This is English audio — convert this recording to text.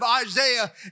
Isaiah